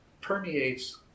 permeates